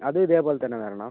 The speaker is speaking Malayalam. അതും ഇതേപോലെ തന്നെ വരണം